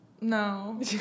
No